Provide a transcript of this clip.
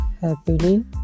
happily